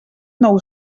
nou